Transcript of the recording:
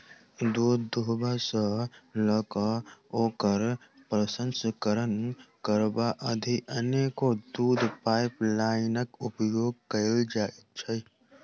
दूध दूहबा सॅ ल क ओकर प्रसंस्करण करबा धरि अनेको दूधक पाइपलाइनक उपयोग कयल जाइत छै